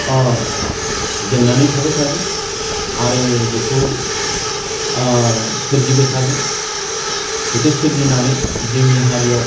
जोंनानै थाबाय थागोन आरो बेखौ सोरजिबाय थागोन बेखौ सोरजिनानै जोंनि हारियाव